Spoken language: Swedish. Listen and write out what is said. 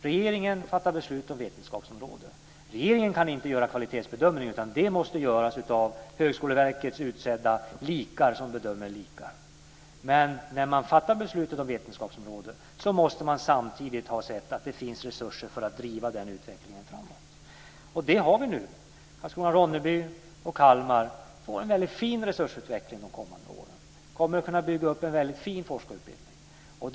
Regeringen fattar beslut om vetenskapsområde men regeringen kan inte göra kvalitetsbedömningen, utan den måste göras av Högskoleverkets utsedda likar som bedömer likar. När man fattar beslut om vetenskapsområde måste man samtidigt ha sett att det finns resurser för att driva den utvecklingen framåt. Det har vi nu. Karlskrona/Ronneby och Kalmar får en väldigt fin resursutveckling under de kommande åren och kommer att kunna bygga upp en väldigt fin forskarutbildning.